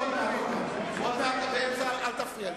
אל תפריע.